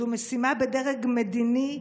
זו משימה בדרג מדיני,